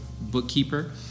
bookkeeper